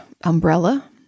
umbrella